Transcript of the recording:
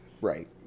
right